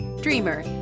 dreamer